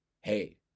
hey